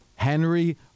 Henry